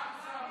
התשפ"א 2021,